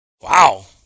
Wow